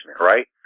right